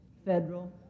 federal